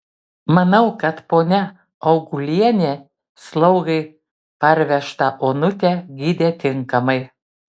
manau kad ponia augulienė slaugai parvežtą onutę gydė tinkamai